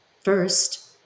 first